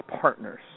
partners